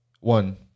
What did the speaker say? One